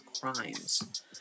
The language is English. crimes